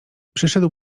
przyszedł